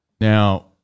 Now